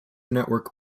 network